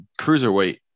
cruiserweight